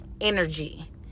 energy